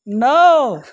नौ